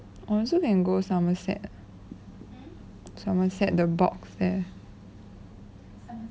also can go somerset somerset the box there